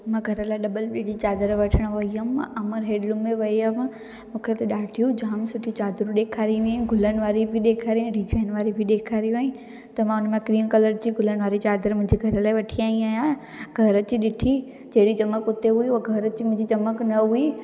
मां घर लाइ डबल बेड जी चादर वठण वई हुयमि अमर हैण्डलूम में वई हुयमि मूंखे उते ॾाढियूं जाम सुठियूं चादरूं ॾेखारियईं हुयईं गुलन वारी बि ॾेखारियईं डिज़ाइन वारी बि ॾेखारियूं हईं त मां हुन मां क्रीम कलर जी गुलन वारी चादर घर लाइ वठी आई आहियां घर अची ॾिठी जहिड़ी चमक उते हुई हूअ घर अची मुंहिंजी चमक न हुई